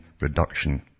reduction